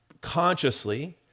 consciously